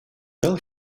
tell